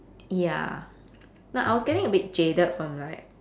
ya like I was getting a bit jaded from like